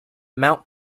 mount